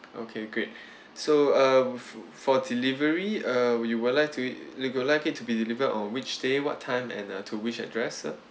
okay great so uh fo~ for delivery uh you would like to eat you would like it to be delivered on which day what time and uh to which address sir